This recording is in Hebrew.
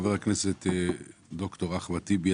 חבר הכנסת ד"ר אחמד טיבי,